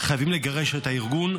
חייבים לגרש את הארגון,